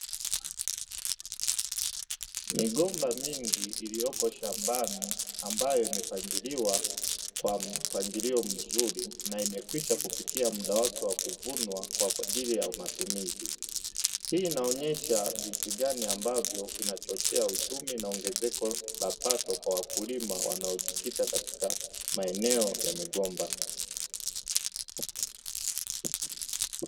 Migomba mingi iliyoko shambani ambayo imepangiliwa kwa mpangilio mzuri na imekwisha kupitia muda wake wa kuvunwa kwa ajili ya matumizi, hii inaonyesha jinsi gani ambavyo kinachochea uchumi na ongezeko la pato kwa wakulima wanaojikita katika maeneo ya migomba.